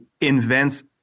invents